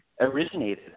originated